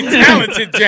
talented